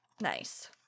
Nice